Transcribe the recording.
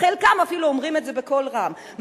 חלקם אפילו אומרים את זה בקול רם,